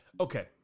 okay